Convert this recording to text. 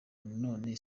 none